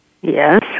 Yes